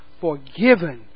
forgiven